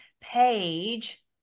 page